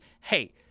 hey